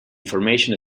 information